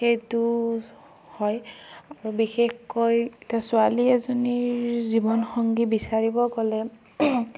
সেইটো হয় আৰু বিশেষকৈ এতিয়া ছোৱালী এজনীৰ জীৱনসংগী বিচাৰিব গ'লে